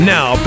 Now